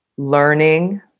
learning